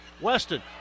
Weston